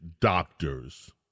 Doctors